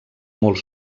molt